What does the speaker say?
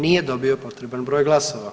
Nije dobio potreban broj glasova.